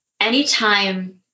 anytime